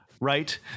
right